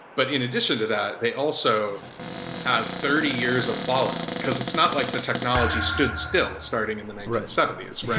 but in addition to that they also have thirty years of fallout, because it's not like the technology stood still starting in the nineteen seventy s, right?